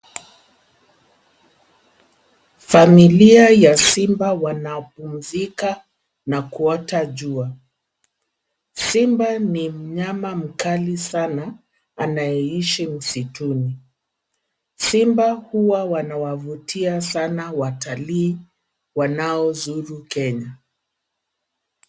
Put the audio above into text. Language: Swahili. Familia ya simba wanapumzika na kuota jua. Simba ni mnyama mkali sana, anayeishi msituni. Simba huwa wanawavutia sana watalii wanaozuru Kenya.